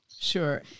Sure